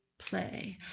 play.